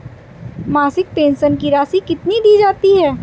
मासिक पेंशन की राशि कितनी दी जाती है?